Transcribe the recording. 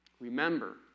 Remember